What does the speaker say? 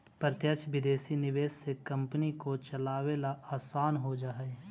प्रत्यक्ष विदेशी निवेश से कंपनी को चलावे ला आसान हो जा हई